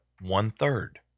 one-third